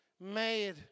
made